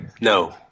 No